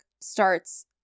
starts